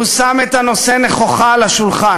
הוא שם את הנושא נכוחה על השולחן.